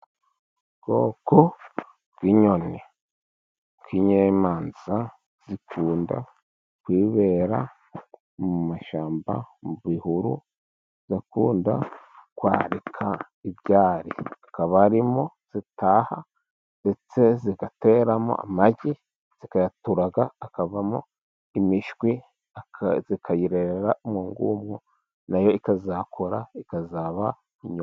Ubwoko bw'inyoni bw'inyemanza zikunda kwibera mu mashyamba, mu bihuru, zigakunda kwarika ibyari akaba arimo zitaha, ndetse zigateramo amagi zikayaturaga akavamo imishwi, zikayirerera umwo ngumwo na yo ikazakura ikazaba inyoni.